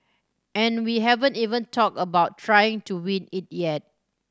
and we haven't even talked about trying to win it yet